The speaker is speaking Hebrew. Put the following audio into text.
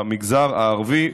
במגזר הערבי.